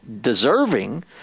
deserving